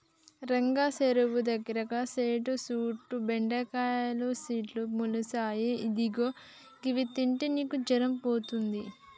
రంగా సెరువు దగ్గర సెట్టు సుట్టు బెండకాయల సెట్లు మొలిసాయి ఇదిగో గివి తింటే నీకు జరం పోతది